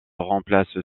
remplace